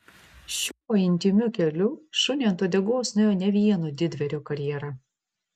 šiuo intymiu keliu šuniui ant uodegos nuėjo ne vieno didvyrio karjera